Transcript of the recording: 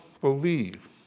believe